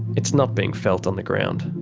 it's not being felt on the ground.